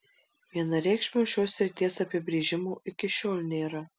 vienareikšmio šios srities apibrėžimo iki šiol nėra